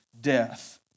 death